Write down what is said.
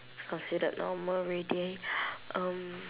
it's considered normal already um